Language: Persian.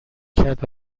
کرد